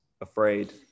afraid